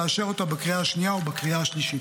לאשר אותה בקריאה השנייה ובקריאה השלישית.